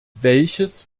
welches